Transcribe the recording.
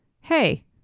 Hey